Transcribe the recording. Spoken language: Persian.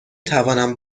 توانم